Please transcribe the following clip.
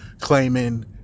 claiming